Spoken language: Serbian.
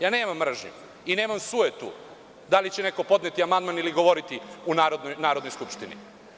Ja nemam mržnju i nemam sujetu da li će neko podneti amandman ili govoriti u Narodnoj skupštini.